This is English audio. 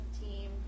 team